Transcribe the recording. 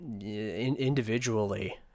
Individually